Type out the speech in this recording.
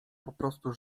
poprostu